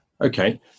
Okay